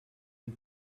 and